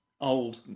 old